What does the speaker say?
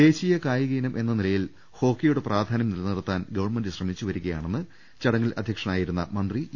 ദേശീയ കായിക ഇനം എന്ന നിലയിൽ ഹോക്കിയുടെ പ്രാധാന്യം നിലനിർത്താൻ ഗവൺമെന്റ് ശ്രമിച്ചുവരിക യാണെന്ന് ചടങ്ങിൽ അധ്യക്ഷനായിരുന്ന മന്ത്രി ഇ